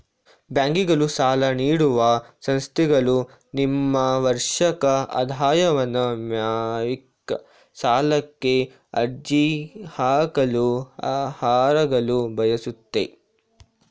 ಬ್ಯಾಂಕ್ಗಳು ಸಾಲ ನೀಡುವ ಸಂಸ್ಥೆಗಳು ನಿಮ್ಮ ವಾರ್ಷಿಕ ಆದಾಯವನ್ನು ವೈಯಕ್ತಿಕ ಸಾಲಕ್ಕೆ ಅರ್ಜಿ ಹಾಕಲು ಅರ್ಹರಾಗಲು ಬಯಸುತ್ತೆ